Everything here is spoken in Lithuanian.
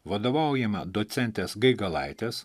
vadovaujama docentės gaigalaitės